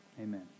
Amen